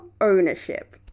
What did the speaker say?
ownership